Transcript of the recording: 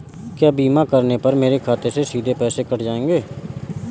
क्या बीमा करने पर मेरे खाते से सीधे पैसे कट जाएंगे?